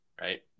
Right